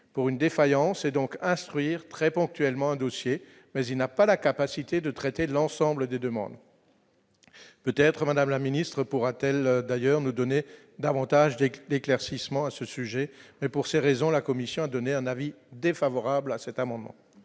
pour une défaillance et donc instruire très ponctuellement dossier mais il n'a pas la capacité de traiter de l'ensemble des demandes peut-être madame la ministre pourra-t-elle, d'ailleurs nous donner davantage d'éclaircissement à ce sujet, mais pour ces raisons, la Commission a donné un avis défavorable à cet amendement.